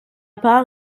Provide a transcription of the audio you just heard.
pas